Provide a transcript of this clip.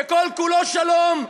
שכל-כולו שלום,